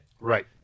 Right